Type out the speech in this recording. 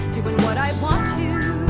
doing what i want to,